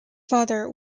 father